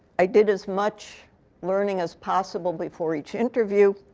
i did as much learning as possible before each interview.